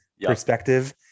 perspective